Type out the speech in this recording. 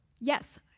yes